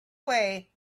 way